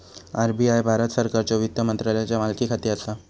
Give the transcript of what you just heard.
RBI Bharat सरकारच्यो वित्त मंत्रालयाचा मालकीखाली असा